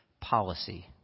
policy